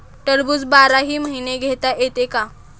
टरबूज बाराही महिने घेता येते का?